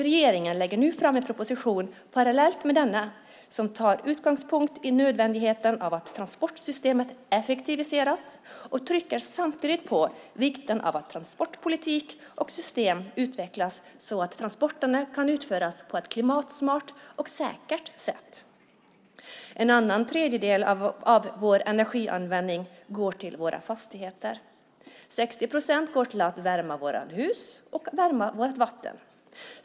Regeringen lägger nu fram en proposition parallellt med denna som tar utgångspunkt i nödvändigheten att transportsystemet effektiviseras och trycker samtidigt på vikten av att transportpolitik och transportsystem utvecklas så att transporterna kan utföras på ett klimatsmart och säkert sätt. En annan tredjedel av vår energianvändning går till våra fastigheter. 60 procent går till att värma våra hus och vårt vatten.